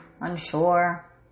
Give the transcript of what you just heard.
unsure